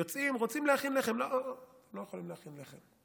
יוצאים, רוצים להכין לחם ולא יכולים להכין לחם.